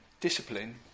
discipline